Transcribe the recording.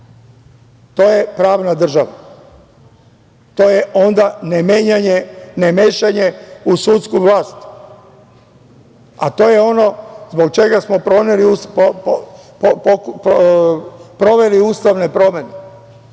To je pravna država. To je onda ne mešanje u sudsku vlast, a to je ono zbog čega smo sproveli Ustavne promene,